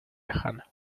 lejana